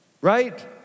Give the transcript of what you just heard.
Right